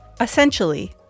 Essentially